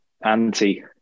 anti